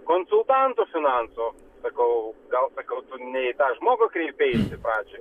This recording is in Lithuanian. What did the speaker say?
konsultanto finansų sakau gal sakau ne į tą žmogų kreipeisi pradžioj